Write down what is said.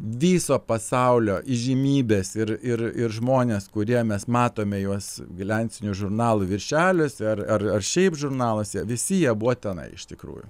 viso pasaulio įžymybės ir ir ir žmonės kurie mes matome juos glensinių žurnalų viršeliuose ar ar ar šiaip žurnaluose visi jie buvo tenai iš tikrųjų